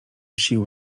sił